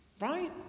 Right